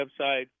website